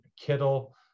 Kittle